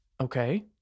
Okay